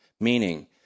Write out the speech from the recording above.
meaning